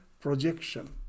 projection